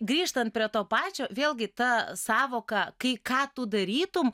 grįžtant prie to pačio vėlgi ta sąvoka kai ką tu darytum